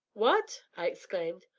what? i exclaimed.